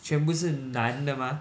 全部是男的 mah